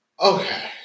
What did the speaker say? Okay